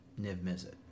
Niv-Mizzet